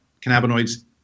cannabinoids